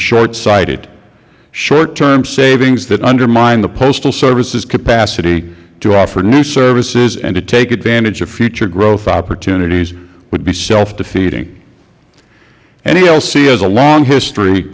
shortsighted short term savings that undermine the postal service's capacity to offer new services and to take advantage of future growth opportunities would be self defeating nalc has a long history